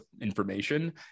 information